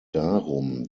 darum